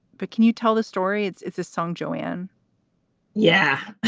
but can you tell the story? it's it's a song, joanne yeah.